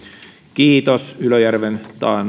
kiitos ylöjärven